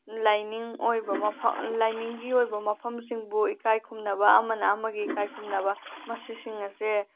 ꯂꯥꯏꯅꯤꯡ ꯑꯣꯏꯕ ꯃꯐꯝ ꯂꯥꯏꯅꯤꯡꯒꯤ ꯑꯣꯏꯕ ꯃꯐꯝꯁꯤꯡꯕꯨ ꯏꯀꯥꯏ ꯈꯨꯝꯅꯕ ꯑꯃꯅ ꯑꯃꯒꯤ ꯏꯀꯥꯏ ꯈꯨꯝꯅꯕ ꯃꯁꯤꯁꯤꯡ ꯑꯁꯦ